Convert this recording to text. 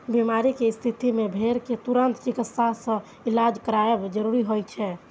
बीमारी के स्थिति मे भेड़ कें तुरंत चिकित्सक सं इलाज करायब जरूरी होइ छै